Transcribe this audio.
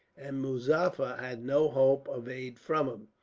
and muzaffar had no hope of aid from him.